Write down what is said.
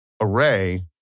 array